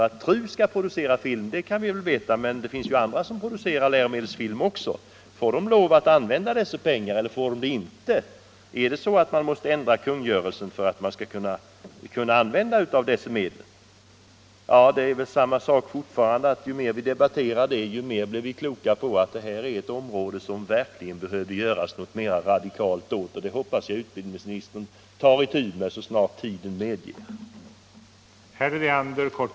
Att TRU skall producera sådan film vet vi ju, men det finns också andra som producerar läromedelsfilm. Får de tillgång till dessa pengar eller inte? Måste kungörelsen ändras för att de skall kunna använda dessa medel? Ju mer vi debatterar dessa frågor, desto klarare framstår det att det behöver göras något mera radikalt på detta område. Jag hoppas att utbildningsministern tar itu med detta så snart tiden medger det.